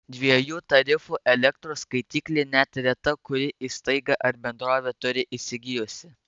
dviejų tarifų elektros skaitiklį net reta kuri įstaiga ar bendrovė turi įsigijusi